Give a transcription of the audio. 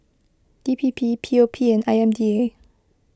D P P P O P and I M D A